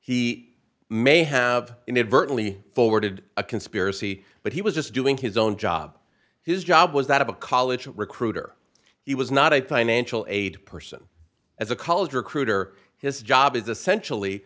he may have inadvertently forwarded a conspiracy but he was just doing his own job his job was that of a college recruiter he was not a financial aid person as a college recruiter his job is essentially